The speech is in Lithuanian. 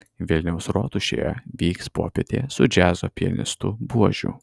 vilniaus rotušėje vyks popietė su džiazo pianistu buožiu